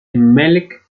emelec